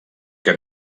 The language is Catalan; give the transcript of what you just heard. que